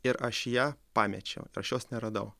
ir aš ją pamečiau ir aš jos neradau